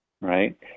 right